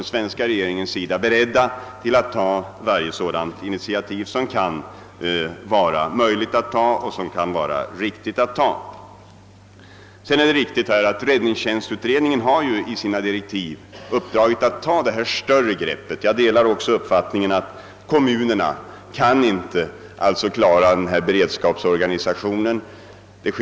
Den svenska regeringen är beredd att ta varje sådant initiativ som kan anses vara möjligt och riktigt. I direktiven till räddningstjänstutredningen ingår mycket riktigt uppdraget att ta ett större grepp. även jag delar uppfattningen att kommunerna inte kan klara en beredskapsorganisation.